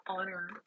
honor